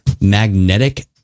Magnetic